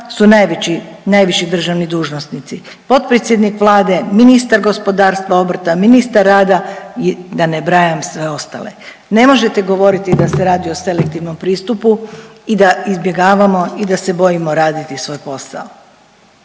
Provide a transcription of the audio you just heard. najviši državni dužnosnici, potpredsjednik Vlade, ministar gospodarstva, obrta, ministar rada i da ne brajam sve ostale. Ne možete govoriti da se radi o selektivnom pristupu i da izbjegavamo i da se bojimo raditi svoj posao.